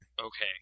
Okay